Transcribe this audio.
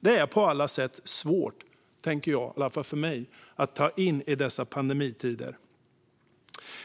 Det är på alla sätt svårt, i alla fall för mig, att ta in i dessa pandemitider.